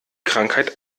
krankheit